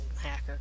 hacker